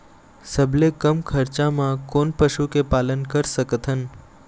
सबले कम खरचा मा कोन पशु के पालन कर सकथन?